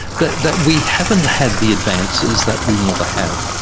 that that we haven't had the advances that we want to have.